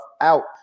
out